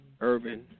Urban